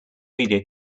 media